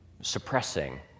suppressing